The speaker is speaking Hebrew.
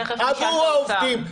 עבור העובדים?